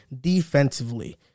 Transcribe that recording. defensively